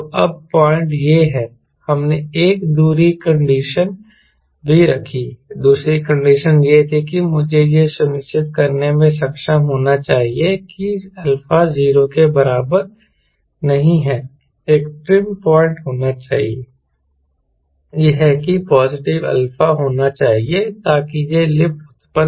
तो अब पॉइंट यह है हमने एक दूसरी कंडीशन भी रखी दूसरी कंडीशन यह थी कि मुझे यह सुनिश्चित करने में सक्षम होना चाहिए कि α 0 के बराबर नहीं है एक ट्रिम पॉइंट होना चाहिए यह है कि पॉजिटिव α होना चाहिए ताकि यह लिफ्ट उत्पन्न करे